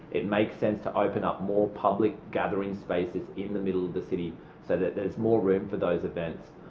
it makes sense to open up more public gathering spaces in the middle of the city so that there's more room for those events.